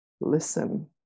listen